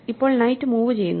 ഇപ്പോൾ night move ചെയ്യുന്നു